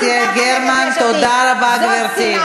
חברת הכנסת יעל גרמן, תודה רבה, גברתי.